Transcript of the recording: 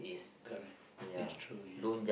correct yes true ya